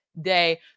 day